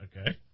Okay